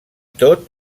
tot